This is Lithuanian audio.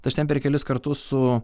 tai aš ten per kelis kartu su